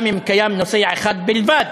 גם אם קיים נוסע אחד בלבד